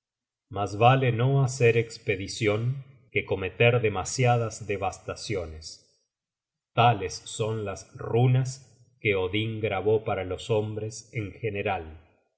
mas vale no hacer espedicion que cometer demasiadas devastaciones tales son las runas que odin grabó para los hombres en general